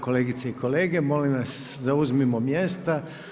Kolegice i kolege, molim vas zauzmimo mjesta.